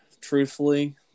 truthfully